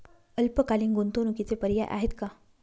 अल्पकालीन गुंतवणूकीचे पर्याय आहेत का?